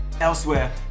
Elsewhere